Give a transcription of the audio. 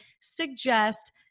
suggest